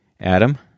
Adam